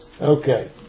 Okay